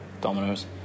dominoes